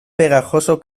pegajoso